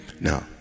now